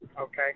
Okay